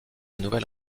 nouvelle